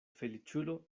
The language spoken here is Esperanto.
feliĉulo